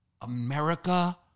America